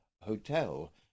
Hotel